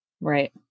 right